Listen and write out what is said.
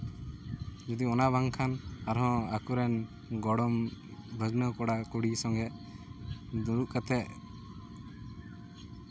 ᱡᱩᱫᱤ ᱚᱱᱟ ᱵᱟᱝᱠᱷᱟᱱ ᱟᱨᱦᱚᱸ ᱟᱹᱛᱩ ᱨᱮᱱ ᱜᱚᱲᱚᱢ ᱵᱷᱟᱹᱜᱱᱟᱹ ᱠᱚᱲᱟᱼᱠᱩᱲᱤ ᱥᱚᱸᱜᱮ ᱫᱩᱲᱩᱵ ᱠᱟᱛᱮᱫ